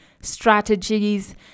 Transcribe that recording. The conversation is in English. strategies